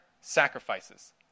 sacrifices